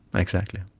exactly.